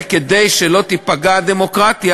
וכדי שלא תיפגע הדמוקרטיה,